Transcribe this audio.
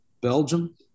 Belgium